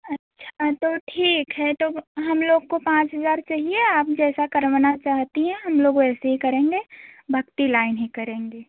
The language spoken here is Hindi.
अच्छा तो ठीक है तो हम लोग को पाँच हज़ार चाहिए आप जैसा करवाना चाहती हैं हम लोग वैसे ही करेंगे भक्ति लाइन ही करेंगे